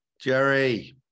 Jerry